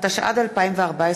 התשע"ד 2014,